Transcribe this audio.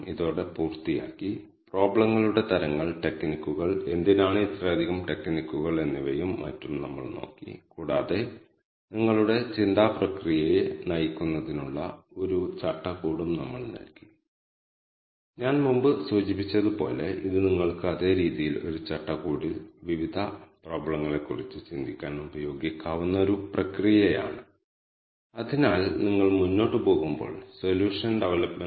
ഇപ്പോൾ x അക്ഷത്തിൽ നിരവധി ക്ലസ്റ്ററുകൾ ഉപയോഗിച്ച് y അക്ഷത്തിലെ സ്ക്വയറുകളുടെ ആകെത്തുകയെയും ടൈപ്പ് b എന്നത് രേഖയെയും പോയിന്റിനെയും പ്രതിനിധീകരിക്കുന്നുവെന്നും pch 19 ഉപയോഗിക്കേണ്ട ചിഹ്നം വ്യക്തമാക്കുമെന്നും നമുക്ക് പ്ലോട്ട് ചെയ്യാം